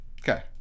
okay